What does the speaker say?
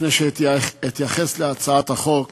לפני שאתייחס להצעת החוק